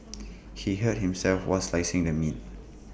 he hurt himself while slicing the meat